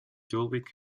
dulwich